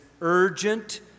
urgent